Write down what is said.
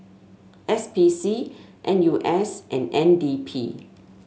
S P C N U S and N D P